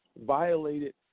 violated